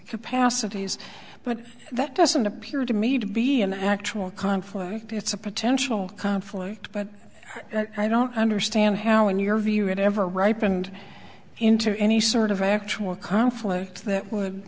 capacities but that doesn't appear to me to be an actual conflict it's a potential conflict but i don't understand how in your view it ever ripened interview and he sort of actual conflict that would